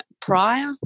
prior